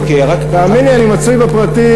אוקיי, רק, תאמין לי, אני מצוי בפרטים.